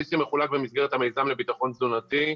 כרטיס שמחולק במסגרת המיזם לביטחון תזונתי,